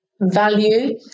value